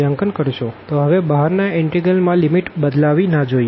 તો હવે બહારના ઇનટેગ્રલ માં લિમિટ બદલાવી ના જોઈએ